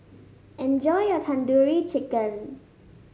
enjoy your Tandoori Chicken